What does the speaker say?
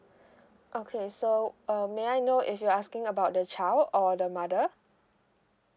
okay so uh may I know if you're asking about the child or the mother